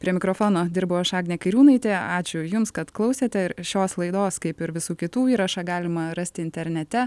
prie mikrofono dirbau aš agnė kairiūnaitė ačiū jums kad klausėte ir šios laidos kaip ir visų kitų įrašą galima rasti internete